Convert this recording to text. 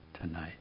tonight